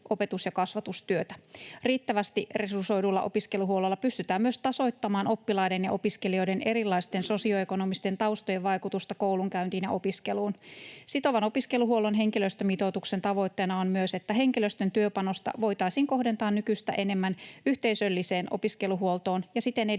opetus‑ ja kasvatustyötä. Riittävästi resursoidulla opiskeluhuollolla pystytään myös tasoittamaan oppilaiden ja opiskelijoiden erilaisten sosioekonomisten taustojen vaikutusta koulunkäyntiin ja opiskeluun. Sitovan opiskeluhuollon henkilöstömitoituksen tavoitteena on myös, että henkilöstön työpanosta voitaisiin kohdentaa nykyistä enemmän yhteisölliseen opiskeluhuoltoon ja siten edistää